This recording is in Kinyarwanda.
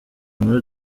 nkuru